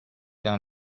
d’un